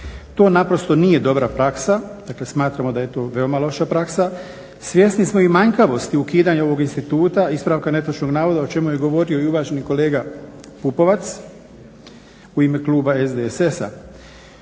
To naprosto nije dobra praksa, dakle smatramo da je to veoma loša praksa. Svjesni smo i manjkavosti ukidanja ovog instituta ispravka netočnog navoda o čemu je govorio i uvaženi kolega Pupovac u ime kluba SDSS-a.